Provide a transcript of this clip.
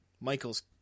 Michael's